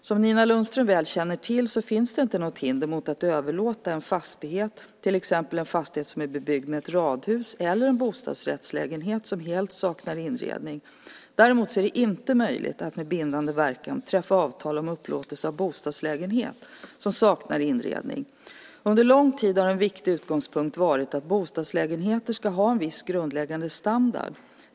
Som Nina Lundström väl känner till finns det inte något hinder mot att överlåta en fastighet - till exempel en fastighet som är bebyggd med ett radhus - eller en bostadsrättslägenhet som helt saknar inredning. Däremot är det inte möjligt att med bindande verkan träffa avtal om upplåtelse av bostadslägenhet som saknar inredning. Under lång tid har en viktig utgångspunkt varit att bostadslägenheter ska ha en viss grundläggande standard.